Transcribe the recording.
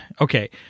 okay